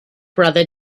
brother